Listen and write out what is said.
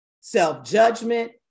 self-judgment